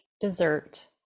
dessert